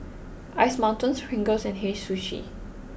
Ice Mountain Pringles and Hei Sushi